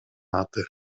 аты